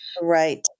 Right